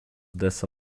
dessa